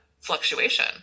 fluctuation